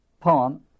poem